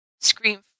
Scream